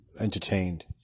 entertained